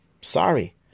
Sorry